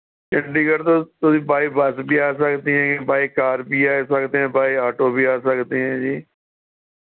ਚੰਡੀਗੜ੍ਹ ਤੋਂ ਤੁਸੀਂ by bus ਵੀ ਆ ਸਕਦੇ ਹੈ ਬਾਏ ਕਾਰ ਵੀ ਆ ਸਕਦੇ ਹੈ ਬਾਏ ਆਟੋ ਵੀ ਆ ਸਕਦੇ ਹੈ ਜੀ